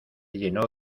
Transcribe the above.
llenó